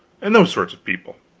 and those sorts of people